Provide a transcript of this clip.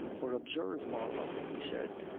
for, observe, marlow, he said,